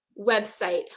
website